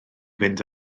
fynd